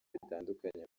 bitandukanye